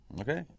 Okay